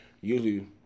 usually